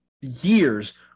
Years